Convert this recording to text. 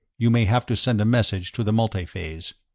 you may have to send a message to the multiphase.